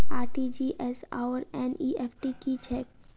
RTGS आओर NEFT की छैक?